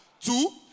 two